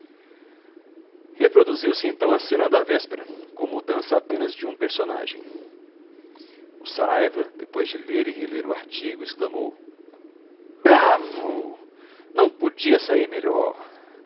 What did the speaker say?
reproduziu-se então a cena da véspera com mudança apenas de um personagem o saraiva depois de ler e reler o artigo exclamou bravo não podia sair melhor